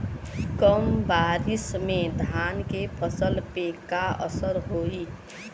कम बारिश में धान के फसल पे का असर होई?